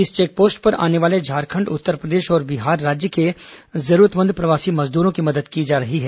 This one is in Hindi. इस चेक पोस्ट पर आने वाले झारखंड उत्तरप्रदेश और बिहार राज्य के जरूतमंद प्रवासी श्रमिकों की मदद की जा रही है